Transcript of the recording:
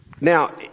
Now